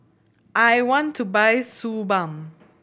I want to buy Suu Balm